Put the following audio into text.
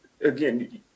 again